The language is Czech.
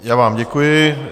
Já vám děkuji.